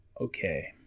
okay